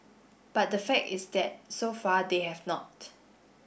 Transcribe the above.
but the fact is that so far they have not